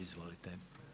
Izvolite.